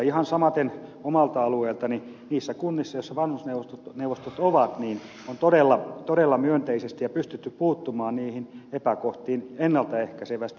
ihan samaten omalla alueellani niissä kunnissa joissa vanhusneuvostot ovat on todella myönteisesti pystytty puuttumaan niihin epäkohtiin ennalta ehkäisevästi